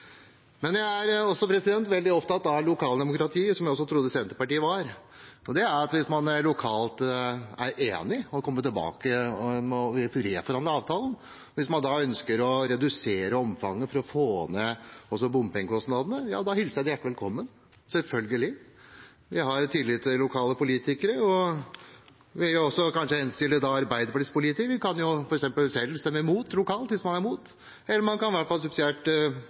Men jeg er også veldig opptatt av lokaldemokratiet, noe jeg også trodde Senterpartiet var. Hvis man lokalt er enige om å komme tilbake og reforhandle avtalen, og hvis man da ønsker å redusere omfanget for å få ned også bompengekostnadene, ja, da hilser jeg det hjertelig velkommen – selvfølgelig. Jeg har tillit til lokale politikere. Da vil jeg kanskje også henstille Arbeiderpartiets politikere til f.eks. selv å stemme imot lokalt, hvis man er imot, eller man kan i hvert fall, subsidiært,